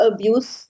Abuse